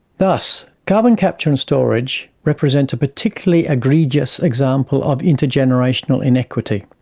thus, carbon capture and storage represents a particularly egregious example of intergenerational inequity.